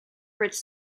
rich